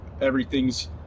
everything's –